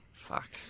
Fuck